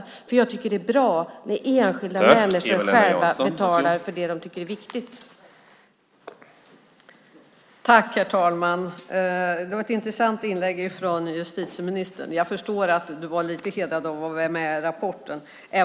Jag tycker nämligen att det är bra när enskilda människor själva betalar för det de tycker är viktigt.